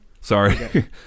Sorry